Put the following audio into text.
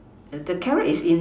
the carrot is in